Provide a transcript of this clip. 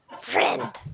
Friend